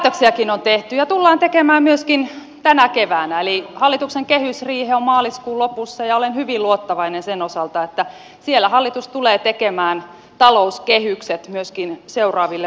päätöksiäkin on tehty ja tullaan tekemään myöskin tänä keväänä eli hallituksen kehysriihi on maaliskuun lopussa ja olen hyvin luottavainen sen osalta että siellä hallitus tulee tekemään talouskehykset myöskin seuraaville vuosille